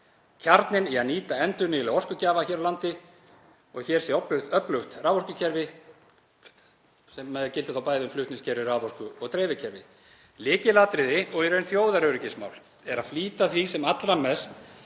Kjarninn í því að nýta endurnýjanlega orkugjafa hér á landi er að hér sé öflugt raforkukerfi sem gildir bæði um flutningskerfi raforku og dreifikerfi. Lykilatriði og í raun þjóðaröryggismál er að flýta því sem allra mest